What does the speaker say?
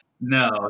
No